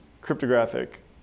cryptographic